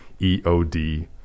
EOD